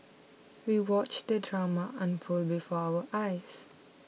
we watched the drama unfold before our eyes